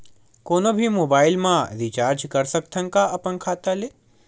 कोनो भी मोबाइल मा रिचार्ज कर सकथव का अपन खाता ले?